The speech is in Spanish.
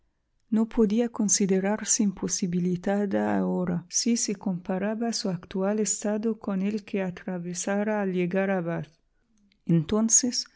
no podía considerarse imposibilitada ahora si se comparaba su actual estado con el que atravesara al llegar a bath entonces sí